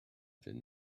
been